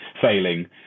failing